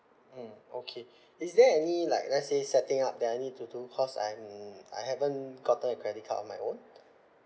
mm okay is there any like let's say setting up that I need to do cause I'm I haven't gotten a credit of my own